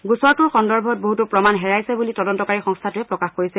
গোচৰটোৰ সন্দৰ্ভত বহুতো প্ৰমাণ হেৰাইছে বুলি তদন্তকাৰী সংস্থাটোৱে প্ৰকাশ কৰিছে